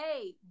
Hey